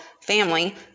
family